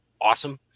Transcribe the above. awesome